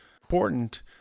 important